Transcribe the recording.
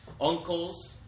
uncles